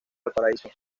valparaíso